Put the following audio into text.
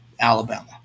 Alabama